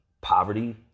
poverty